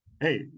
Hey